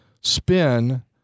spin